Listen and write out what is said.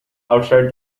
outside